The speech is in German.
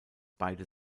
beide